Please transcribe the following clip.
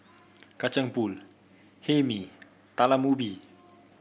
Kacang Pool Hae Mee Talam Ubi